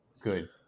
good